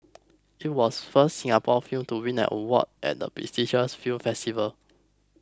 it was first Singapore film to win an award at the prestigious film festival